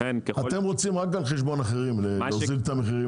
אתם רוצים רק על חשבון אחרים להוזיל את המחיר,